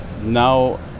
Now